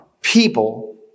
people